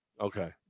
Okay